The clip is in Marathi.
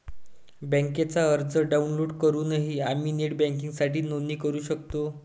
बँकेचा अर्ज डाउनलोड करूनही आम्ही नेट बँकिंगसाठी नोंदणी करू शकतो